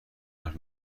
حرف